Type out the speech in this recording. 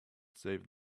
save